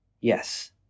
Yes